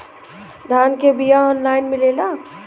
धान के बिया ऑनलाइन मिलेला?